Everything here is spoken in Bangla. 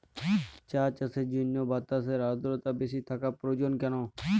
চা চাষের জন্য বাতাসে আর্দ্রতা বেশি থাকা প্রয়োজন কেন?